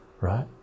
right